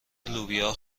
لوبیا